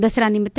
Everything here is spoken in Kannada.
ದಸರಾ ನಿಮಿತ್ತ